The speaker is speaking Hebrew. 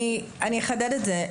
אני אחדד את זה,